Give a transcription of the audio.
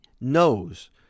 knows